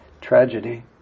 tragedy